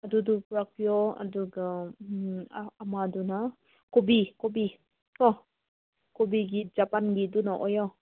ꯑꯗꯨꯗꯨ ꯄꯨꯔꯛꯄꯤꯌꯣ ꯑꯗꯨꯒ ꯑꯃꯗꯨꯅ ꯀꯣꯕꯤ ꯀꯣꯕꯤꯀꯣ ꯀꯣꯕꯤꯒꯤ ꯖꯄꯥꯟꯒꯤꯗꯨꯅ ꯑꯣꯏꯌꯣ